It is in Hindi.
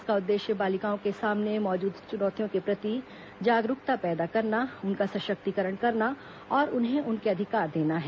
इसका उद्देश्य बालिकाओं के सामने मौजूद चुनौतियों के प्रति जागरूकता पैदा करना उनका सशक्तिकरण करना और उन्हें उनके अधिकार देना है